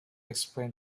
explain